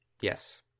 Yes